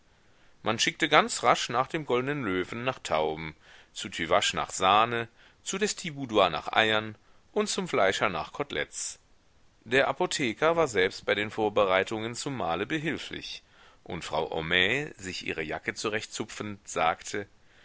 man schickte ganz rasch nach dem goldnen löwen nach tauben zu tüvache nach sahne zu lestiboudois nach eiern und zum fleischer nach koteletts der apotheker war selbst bei den vorbereitungen zum mahle behilflich und frau homais sich ihre jacke zurechtzupfend sagte